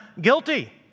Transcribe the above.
Guilty